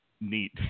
neat